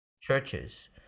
churches